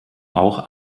auch